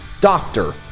doctor